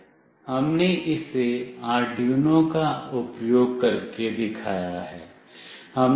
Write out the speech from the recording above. हमने इसे आर्डयूनो का उपयोग करके दिखाया है